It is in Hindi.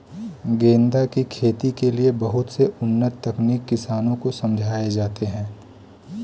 गेंदा की खेती के लिए बहुत से उन्नत तकनीक किसानों को समझाए जाते हैं